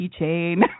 keychain